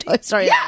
sorry